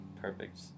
perfect